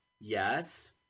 Yes